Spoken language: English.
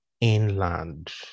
inland